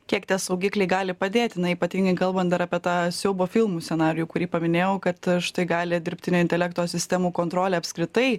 kiek tie saugikliai gali padėti na ypatingai kalbant dar apie tą siaubo filmų scenarijų kurį paminėjau kad štai gali dirbtinio intelekto sistemų kontrolę apskritai